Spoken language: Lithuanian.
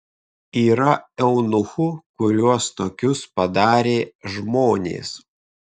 yra eunuchų kuriuos tokius padarė žmonės